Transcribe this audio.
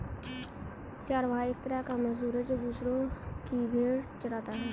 चरवाहा एक तरह का मजदूर है, जो दूसरो की भेंड़ चराता है